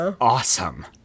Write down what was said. awesome